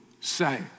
say